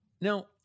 Now